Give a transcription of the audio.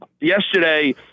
Yesterday